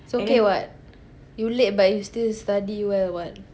it's okay [what] you late but you still study well [what]